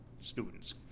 students